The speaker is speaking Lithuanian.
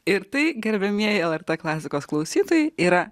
ir tai gerbiamieji lrt klasikos klausytojai yra